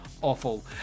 awful